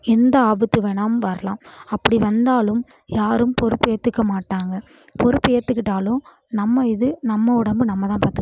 எந்த ஆபத்து வேணாம் வரலாம் அப்படி வந்தாலும் யாரும் பொறுப்பேற்றுக்க மாட்டாங்க பொறுப்பேற்றுக்கிட்டாலும் நம்ம இது நம்ம உடம்பை நம்ம தான் பார்த்துக்கணும்